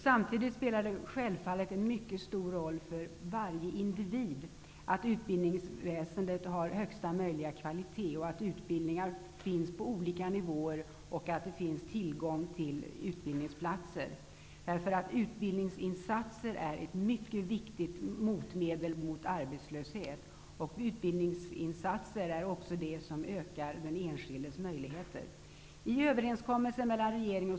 Samtidigt spelar det självfallet en mycket stor roll för varje individ att utbildningsväsendet håller högsta möjliga kvalitet, att utbildningar finns på olika nivåer och att det finns tillgång till utbildningsplatser. Utbildningsinsatser är ett mycket viktigt motmedel mot arbetslöshet, och utbildningsinsatser är också det som ökar även den enskildes möjligheter.